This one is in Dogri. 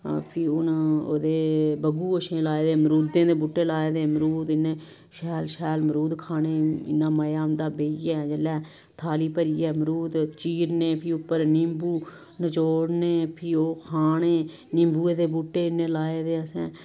फिह् हून ओह्दे भगुगोशे लाए दे मरूदें दे बूह्टे लाए दे अमरूद इ'न्ने शैल शैल मरूद खाने इ'न्ना मजा औंदा बेहियै जेल्लै थाली भरियै मरूद चीरने फ्ही उप्पर निंबू नचोड़ने फ्ही ओह् खाने निंबुऐ दे बूह्टे इ'न्ने लाए दे असें